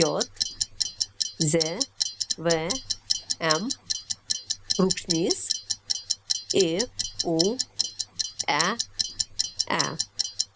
iūee